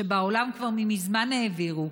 שבעולם כבר מזמן העבירו,